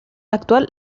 actual